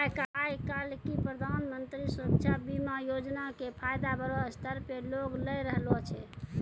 आइ काल्हि प्रधानमन्त्री सुरक्षा बीमा योजना के फायदा बड़ो स्तर पे लोग लै रहलो छै